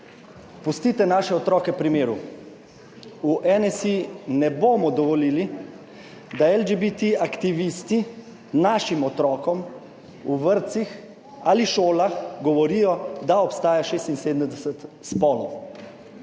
Pustite naše otroke pri miru! V NSi ne bomo dovolili, da LGBT aktivisti našim otrokom v vrtcih ali šolah govorijo, da obstaja 76 spolov.